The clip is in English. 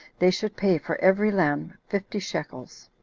they should pay for every lamb fifty shekels.